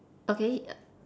okay uh